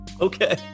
Okay